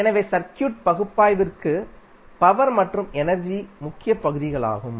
எனவே சர்க்யூட் பகுப்பாய்விற்கு பவர் மற்றும் எனர்ஜி முக்கிய பகுதிகளாகும்